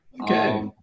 Okay